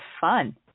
fun